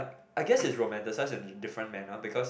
I guess is romantacised such as different manner because